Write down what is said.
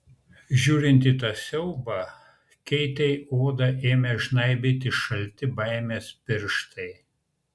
žiūrint į tą siaubą keitei odą ėmė žnaibyti šalti baimės pirštai